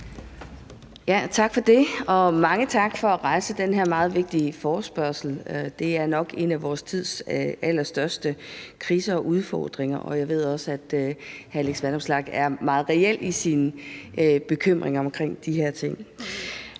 Tak for det. Og mange tak for at stille den her meget vigtige forespørgsel. Det er nok en af vores tids allerstørste kriser og udfordringer, og jeg ved også, at hr. Alex Vanopslagh er meget reel i sin bekymring omkring de her ting.